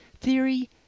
Theory